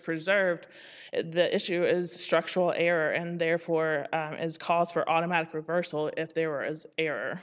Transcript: preserved the issue is structural error and therefore as calls for automatic reversal if there are as error